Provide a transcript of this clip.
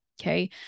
Okay